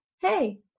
hey